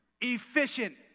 efficient